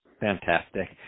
Fantastic